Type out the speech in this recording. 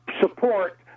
support